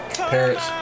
Parents